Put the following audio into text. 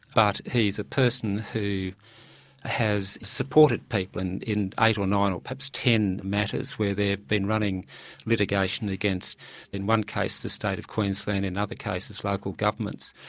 but he is a person who has supported people and in eight or nine or perhaps ten matters where they've been running litigation against in one case the state of queensland and in other cases local governments,